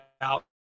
out